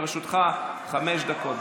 לרשותך חמש דקות.